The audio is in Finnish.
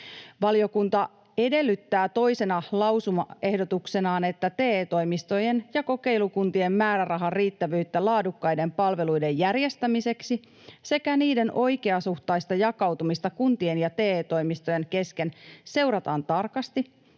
Valiokunta edellyttää toisena lausumaehdotuksenaan, että TE-toimistojen ja kokeilukuntien määrärahan riittävyyttä laadukkaiden palveluiden järjestämiseksi sekä niiden oikeasuhtaista jakautumista kuntien ja TE-toimistojen kesken seurataan tarkasti